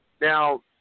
Now